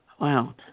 Wow